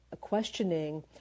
questioning